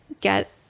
get